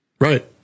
Right